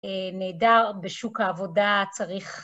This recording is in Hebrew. נהדר בשוק העבודה, צריך...